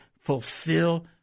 fulfill